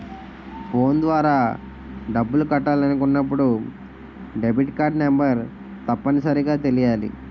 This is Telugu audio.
ఫోన్ ద్వారా డబ్బులు కట్టాలి అనుకున్నప్పుడు డెబిట్కార్డ్ నెంబర్ తప్పనిసరిగా తెలియాలి